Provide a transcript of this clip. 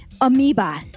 amoeba